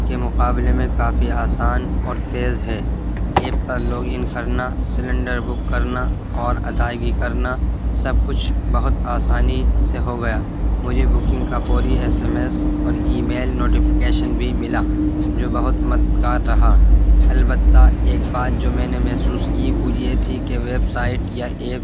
کے مقابلے میں کافی آسان اور تیز ہے ایپ پر لوگ ان کرنا سلنڈر بک کرنا اور ادائیگی کرنا سب کچھ بہت آسانی سے ہو گیا مجھے بکنگ کا فوری ایس ایم ایس اور ای میل نوٹیفیکیشن بھی ملا جو بہت مددگار رہا البتہ ایک بات جو میں نے محسوس کی وہ یہ تھی کہ ویبسائٹ یا ایپ